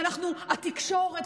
והתקשורת,